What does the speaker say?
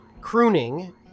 crooning